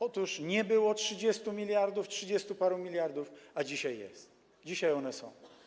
Otóż nie było 30 mld, trzydziestu paru miliardów, a dzisiaj jest, dzisiaj one są.